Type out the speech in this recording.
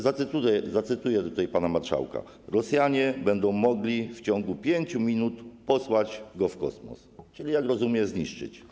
Zacytuję tutaj pana marszałka: Rosjanie będą mogli w ciągu 5 minut posłać go w kosmos, czyli - jak rozumiem - zniszczyć.